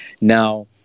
Now